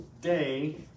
day